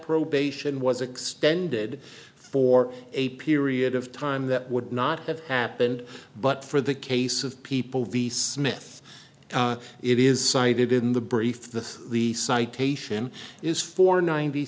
probation was extended for a period of time that would not have happened but for the case of people v smith it is cited in the brief the the citation is for ninety